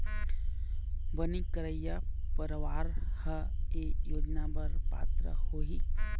बनी करइया परवार ह ए योजना बर पात्र होही